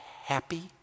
happy